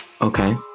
Okay